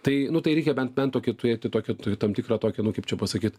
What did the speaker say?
tai nu tai reikia bent bent tokį turėti tokią turi tam tikrą tokį nu kaip čia pasakyt